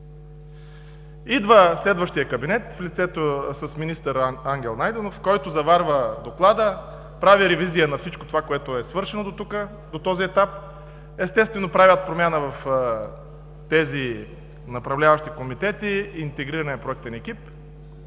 Идва следващият кабинет с министър Ангел Найденов, който заварва доклада, прави ревизия на всичко свършено до този етап, естествено правят промяна в направляващия комитет и интегрирания проектен екип,